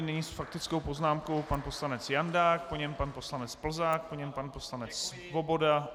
Nyní s faktickou poznámkou pan poslanec Jandák, po něm pan poslanec Plzák, po něm pan poslanec Svoboda atd.